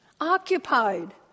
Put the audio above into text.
occupied